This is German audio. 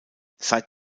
seit